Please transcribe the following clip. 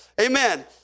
amen